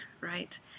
right